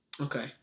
Okay